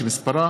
שמספרה